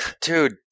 dude